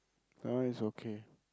that one is okay